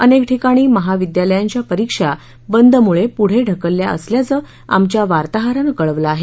अनेक ठिकाणी महाविद्यालयांच्या परीक्षा बंदमुळे पुढं ढकलल्या असल्याचं आमच्या वार्ताहरानं कळवलं आहे